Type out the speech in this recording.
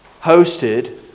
hosted